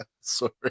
Sorry